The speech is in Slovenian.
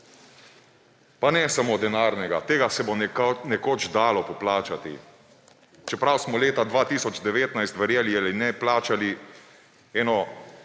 Pa ne samo denarnega, tega se bo nekoč dalo poplačati, čeprav smo leta 2019, verjeli ali ne, plačali eno